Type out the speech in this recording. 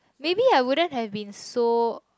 maybe I wouldn't have been so